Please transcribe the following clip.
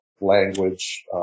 language